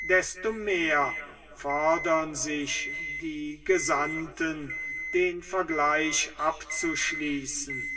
desto mehr fördern sich die gesandten den vergleich abzuschließen